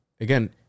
again